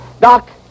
Doc